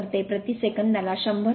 तर ते प्रति सेकंदाला 100